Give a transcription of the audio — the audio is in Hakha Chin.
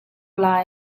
lai